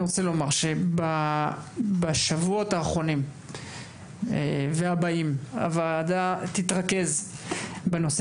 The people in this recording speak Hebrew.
בשבועות האחרונים והבאים הוועדה תתרכז בנושא